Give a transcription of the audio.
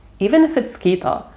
even if it's keto.